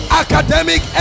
academic